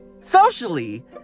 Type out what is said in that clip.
socially